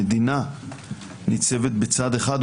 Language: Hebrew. המדינה ניצבת בצד אחד,